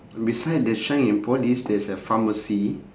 beside the shine and polish there is a pharmacy